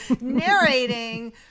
Narrating